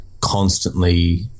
constantly